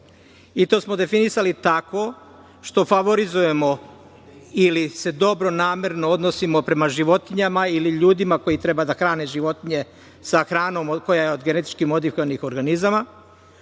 To smo definisali tako što favorizujemo ili se dobronamerno odnosimo prema životinjama ili ljudima koji treba da hrane životinje sa hranom koja je od GMO, a vrlo neodgovorno prema